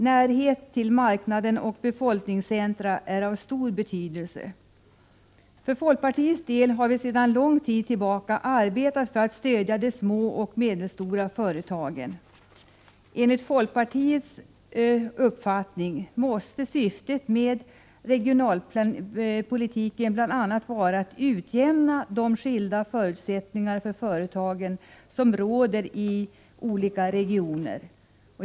Närhet till marknaden och till befolkningscentra är av stor betydelse. För folkpartiets del har vi sedan lång tid arbetat för att stödja de små och medelstora företagen. Enligt folkpartiets uppfattning måste syftet med regionalpolitiken bl.a. vara att utjämna de skilda förutsättningar för företagen som råder i olika regioner.